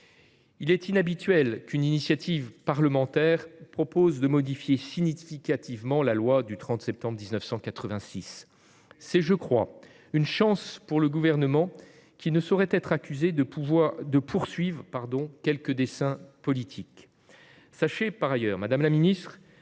Il est inhabituel qu'une initiative parlementaire propose de modifier significativement la loi du 30 septembre 1986. C'est, je le crois, une chance pour le Gouvernement, qui ne saurait être accusé de poursuivre quelques desseins politiques. Sachez par ailleurs, madame la ministre,